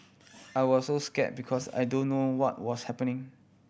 I was so scare because I don't know what was happening